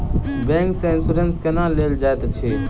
bank सँ insurance केना लेल जाइत अछि